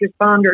responders